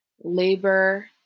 labor